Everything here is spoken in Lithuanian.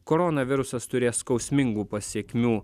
koronavirusas turės skausmingų pasekmių